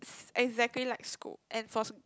exactly like school and for s~